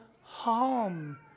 harm